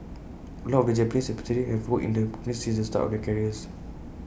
A lot of the Japanese expatriates have worked in the company since the start of their careers